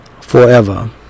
forever